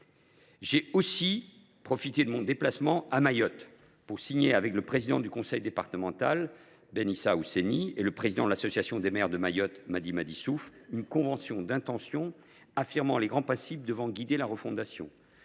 J’ai aussi profité de mon déplacement à Mayotte pour signer avec le président du conseil départemental, Ben Issa Ousseni, et le président de l’association des maires de Mayotte, Madi Madi Souf, une convention d’intention affirmant les grands principes devant guider la refondation